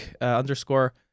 underscore